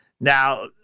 Now